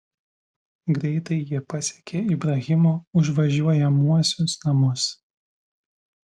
greitai jie pasiekė ibrahimo užvažiuojamuosius namus